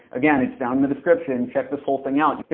again, it's down in the description. check this whole thing out. here